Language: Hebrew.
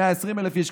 120,000 איש,